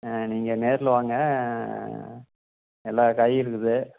நீங்கள் நேரில் வாங்க எல்லா காயும் இருக்குது